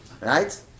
right